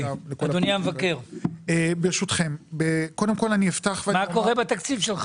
אדוני המבקר, מה קורה בתקציב שלך?